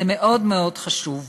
זה מאוד מאוד חשוב.